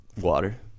Water